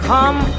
Come